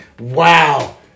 wow